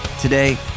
Today